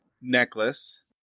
necklace